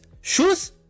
shoes